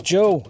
Joe